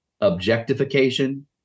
objectification